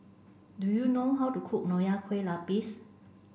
do you know how to cook Nonya Kueh Lapis